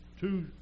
Two